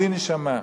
בלי נשמה.